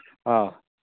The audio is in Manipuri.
ꯑꯥ